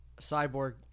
Cyborg